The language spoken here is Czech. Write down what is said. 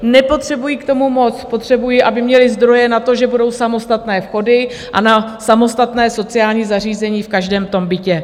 Nepotřebují k tomu moc, potřebují, aby měli zdroje na to, že budou samostatné vchody, a na samostatné sociální zařízení v každém bytě.